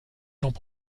lampe